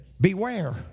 beware